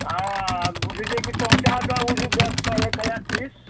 हँ बुझलियै कि पहुँचा दऽ बूझू दश सए एक हजार तीस